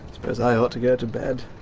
suppose i ought to go to bed,